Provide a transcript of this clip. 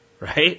Right